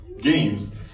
games